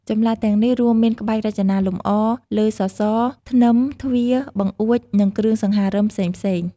ចម្លាក់ទាំងនេះរួមមានក្បាច់រចនាលម្អលើសសរ ធ្នឹម ទ្វារ បង្អួច និងគ្រឿងសង្ហារឹមផ្សេងៗ។